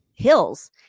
hills